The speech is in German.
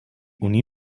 uni